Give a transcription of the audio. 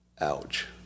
Ouch